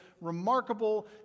remarkable